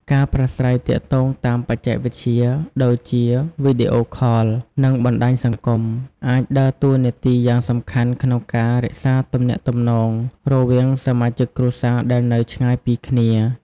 ការប្រាស្រ័យទាក់ទងតាមបច្ចេកវិទ្យា ដូចជាវីដេអូខល និងបណ្ដាញសង្គម អាចដើរតួនាទីយ៉ាងសំខាន់ក្នុងការរក្សាទំនាក់ទំនងរវាងសមាជិកគ្រួសារដែលនៅឆ្ងាយពីគ្នា។